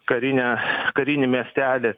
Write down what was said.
karinę karinį miestelį